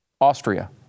Austria